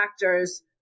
factors